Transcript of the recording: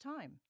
time